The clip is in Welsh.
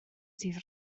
sydd